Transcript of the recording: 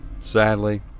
Sadly